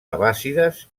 abbàssides